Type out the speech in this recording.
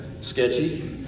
sketchy